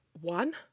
one